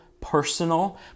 personal